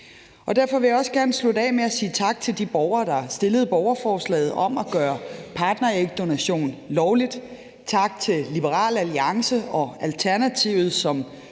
Derfor vil jeg også gerne slutte af med at sige tak til de borgere, der har stillet borgerforslaget om at gøre partnerægdonation lovligt. Tak til Liberal Alliance og Alternativet, som